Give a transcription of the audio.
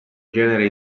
genere